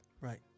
Right